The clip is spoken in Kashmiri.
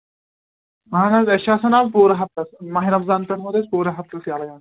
اَہَن حظ أسۍ چھِ آسان اَز پوٗرٕ ہفتس ماہِ رمضانس منٛز ٲسۍ پوٗرٕ ہفتس یلے حظ